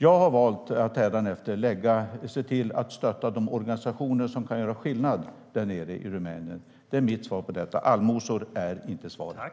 Jag har valt att hädanefter se till att stötta de organisationer som kan göra skillnad där nere i Rumänien. Det är mitt svar på detta. Allmosor är inte svaret.